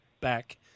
back